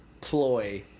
ploy